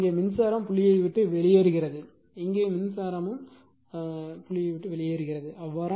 எனவே இங்கே மின்சாரம் புள்ளியை விட்டு வெளியேறுகிறது இங்கே மின்சாரமும் புள்ளி மின்சாரத்தை விட்டு வெளியேறுகிறது